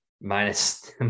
minus